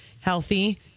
healthy